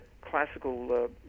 classical